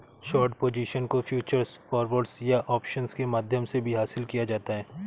short position को futures, forwards या options के माध्यम से भी हासिल किया जाता है